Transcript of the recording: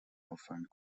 auffallend